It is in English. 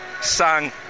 Sang